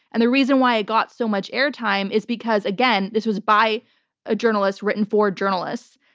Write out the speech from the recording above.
and the reason why it got so much airtime is because, again, this was by a journalist written for journalists.